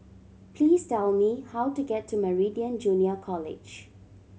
please tell me how to get to Meridian Junior College